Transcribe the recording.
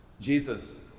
Jesus